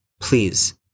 please